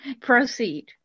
proceed